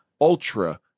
ultra